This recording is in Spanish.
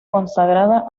consagrada